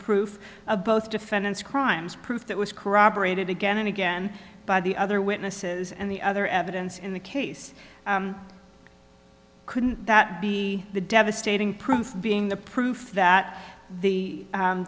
proof of both defendants crimes prove that was corroborated again and again by the other witnesses and the other evidence in the case couldn't that be the devastating print being the proof that the